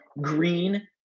green